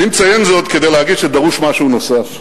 אני מציין זאת כדי להגיד שדרוש משהו נוסף.